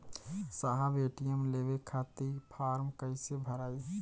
साहब ए.टी.एम लेवे खतीं फॉर्म कइसे भराई?